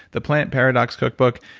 the plant paradox cookbook.